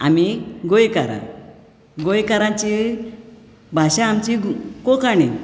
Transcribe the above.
आमी गोंयकारां गोंयकारांची भाशा आमची कोंकणी